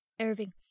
Irving